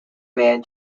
man